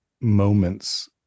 moments